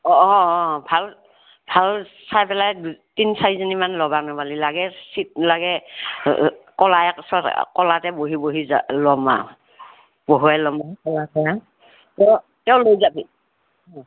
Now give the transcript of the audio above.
অ অ অ ভাল ভাল চাই পেলাই তিনি চাৰিজনীমান ল'বা লাগে লাগে কোলাৱে কোঁচতে কোলাতে বহি বহি যা ল'ম আৰু বহুৱাই ল'ম কোলাই কোলাই তে তেও লৈ যাবি